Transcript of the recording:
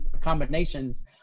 combinations